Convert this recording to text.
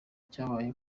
cyabaye